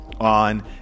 on